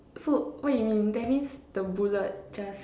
so what you mean that means the bullet just